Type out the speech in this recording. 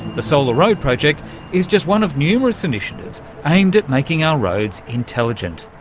the solaroad project is just one of numerous initiatives aimed at making our roads intelligent,